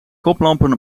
koplampen